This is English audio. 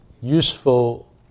useful